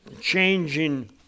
changing